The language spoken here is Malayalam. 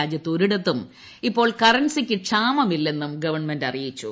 രാജ്യത്ത് ഒരിടത്തും ഇപ്പോൾ കറൻസിക്ക് ക്ഷാമമില്ലെന്നും ഗവൺമെന്റ് അറിയിച്ചു